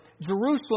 Jerusalem